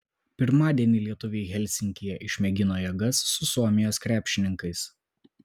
pirmadienį lietuviai helsinkyje išmėgino jėgas su suomijos krepšininkais